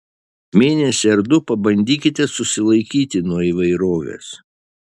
mėnesį ar du pabandykite susilaikyti nuo įvairovės